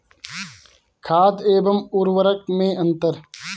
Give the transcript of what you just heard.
खाद एवं उर्वरक में अंतर?